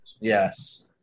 yes